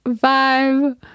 five